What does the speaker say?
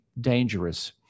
dangerous